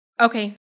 Okay